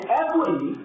equity